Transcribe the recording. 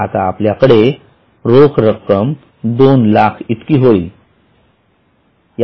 आता आपल्याकडे रोख रक्कम २००००० इतकी होईल